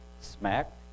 smacked